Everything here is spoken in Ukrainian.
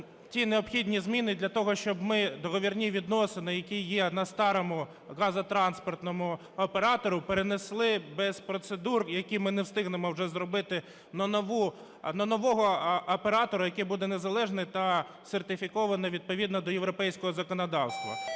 ті необхідні зміни для того, щоб ми договірні відносини, які є на старому газотранспортному операторі перенесли без процедур, які ми не встигнемо вже зробити на нову... на нового оператора, який буде незалежний та сертифікований відповідно до європейського законодавства.